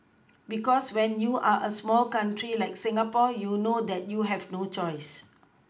because when you are a small country like Singapore you know that you have no choice